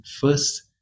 first